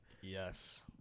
Yes